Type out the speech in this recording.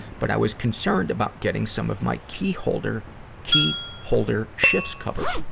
but i was concerned about getting some of my key holder key holder shifts covered.